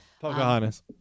Pocahontas